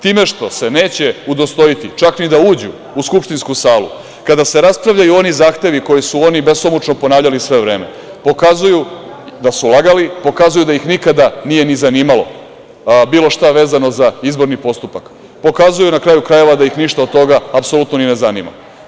Time što se neće udostojiti čak ni da uđu u skupštinsku salu kada se raspravljaju oni zahtevi koje su oni besomučno ponavljali, sve vreme pokazuju da su lagali, pokazuju da ih nikada nije ni zanimalo bilo šta vezano za izborni postupak, pokazuju, na kraju krajeva, da ih ništa od toga apsolutno ni ne zanima.